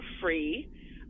free